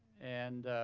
and